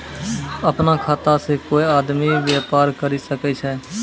अपनो खाता से कोय आदमी बेपार करि सकै छै